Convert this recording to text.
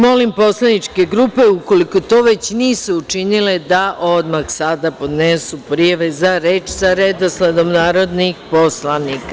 Molim poslaničke grupe, ukoliko to već nisu učinile, da odmah sada podnesu prijave za reč sa redosledom narodnih poslanika.